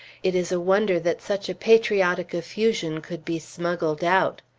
it is a wonder that such a patriotic effusion could be smuggled out.